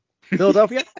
Philadelphia